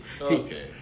Okay